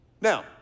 Now